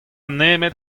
nemet